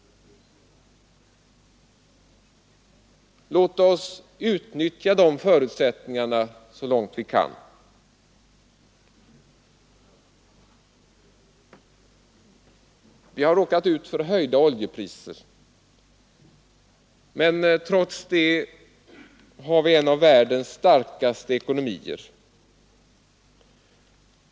Låt oss utnyttja de förutsättningarna så långt vi kan. Vi har råkat ut för höjda oljepriser. Men trots det har vi en av världens starkaste ekonomier.